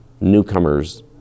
newcomers